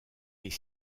est